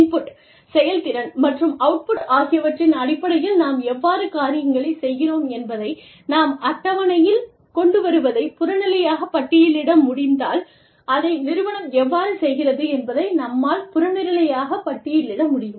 input செயல்திறன் மற்றும் output ஆகியவற்றின் அடிப்படையில் நாம் எவ்வாறு காரியங்களைச் செய்கிறோம் என்பதை நாம் அட்டவணையில் கொண்டு வருவதைப் புறநிலையாக பட்டியலிட முடிந்தால் அதை நிறுவனம் எவ்வாறு செய்கிறது என்பதை நம்மால் புறநிலையாகப் பட்டியலிட முடியும்